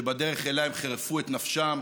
שבדרך אליה חירפו את נפשם